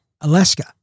Alaska